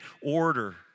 order